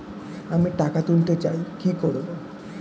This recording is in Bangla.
আমি টাকা তুলতে চাই কি করব?